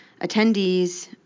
attendees